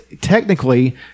technically